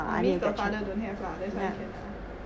oh means the father don't have lah that's why can lah